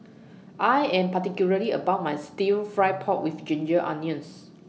I Am particular about My Stir Fry Pork with Ginger Onions